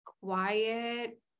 quiet